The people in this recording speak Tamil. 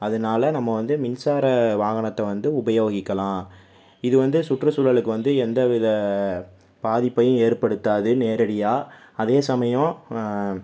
அதனால் நம்ம வந்து மின்சார வாகனத்தை வந்து உபயோகிக்கலாம் இது வந்து சுற்றுச்சூழலுக்கு வந்து எந்தவித பாதிப்பையும் ஏற்படுத்தாது நேரடியாக அதே சமயம்